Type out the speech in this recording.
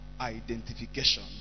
identification